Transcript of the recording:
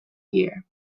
year